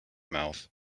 mouth